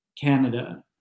Canada